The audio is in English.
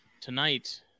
Tonight